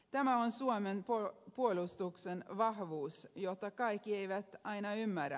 tämä on suomen puolustuksen vahvuus jota kaikki eivät aina ymmärrä